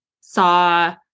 saw